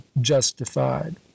justified